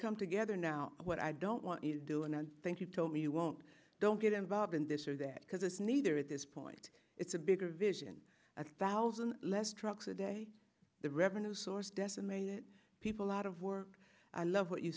come together now what i don't want is doing and thank you told me you won't don't get involved in this or that because it's neither at this point it's a bigger vision a thousand less trucks a day the revenue source decimated people out of work i love what you